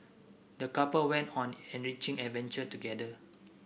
the couple went on an enriching adventure together